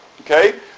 okay